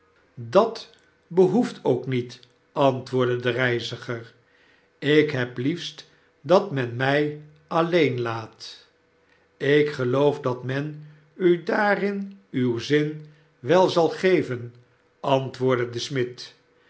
dat behoeft ook niet antwoordde de reiziger ik heb liefrt dat men mijalleen laat lk geloof dat men u daarin uw zin wel zal geven antwoordde de smid